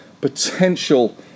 potential